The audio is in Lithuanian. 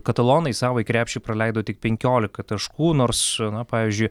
katalonai į savąjį krepšį praleido tik penkiolika taškų nors na pavyzdžiui